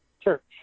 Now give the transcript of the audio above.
Church